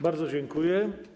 Bardzo dziękuję.